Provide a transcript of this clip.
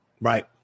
Right